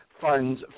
funds